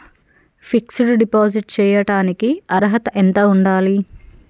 Fix డ్ deposit చేయటానికి అర్హత ఎంత ఉండాలి?